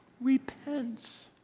Repents